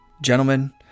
gentlemen